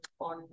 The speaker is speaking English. on